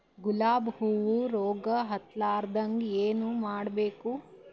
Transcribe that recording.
ಗುಲಾಬ್ ಹೂವು ರೋಗ ಹತ್ತಲಾರದಂಗ ಏನು ಮಾಡಬೇಕು?